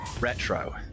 Retro